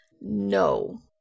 No